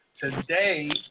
Today